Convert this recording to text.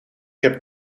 heb